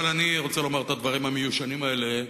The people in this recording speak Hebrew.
אבל אני רוצה לומר את הדברים המיושנים האלה,